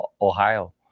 ohio